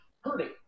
Hurting